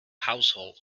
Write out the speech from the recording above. household